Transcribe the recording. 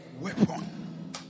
weapon